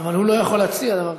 אבל הוא לא יכול להציע דבר כזה.